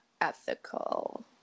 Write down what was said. ethical